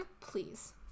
please